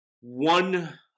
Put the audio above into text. One